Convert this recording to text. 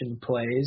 plays